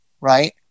right